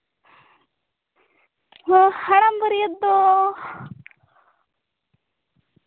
ᱦᱚᱸ ᱦᱟᱲᱟᱢ ᱵᱟᱹᱨᱭᱟᱹᱛ ᱫᱚ